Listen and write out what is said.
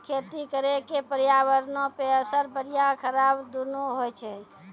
खेती करे के पर्यावरणो पे असर बढ़िया खराब दुनू होय छै